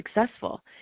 successful